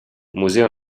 museo